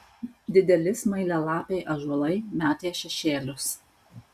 dideli smailialapiai ąžuolai metė šešėlius